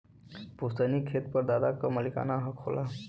पुस्तैनी खेत पर दादा क मालिकाना हक होला